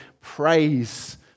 praise